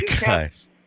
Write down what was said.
guys